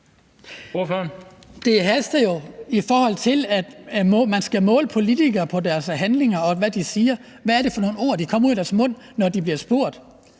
Det haster jo, i forhold til at man skal måle politikere på deres handlinger og hvad de siger. Hvad er det for nogle ord, der kommer ud af deres mund, når de bliver spurgt?